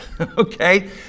okay